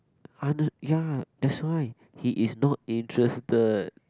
under ya that's why he is not interested